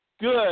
good